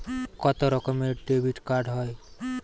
কত রকমের ডেবিটকার্ড হয়?